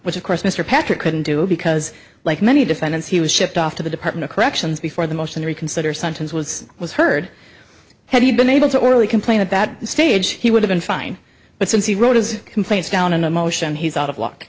which of course mr patrick couldn't do because like many defendants he was shipped off to the department of corrections before the motion to reconsider sentence was was heard had he been able to orally complain about the stage he would have been fine but since he wrote his complaints down in a motion he's out of luck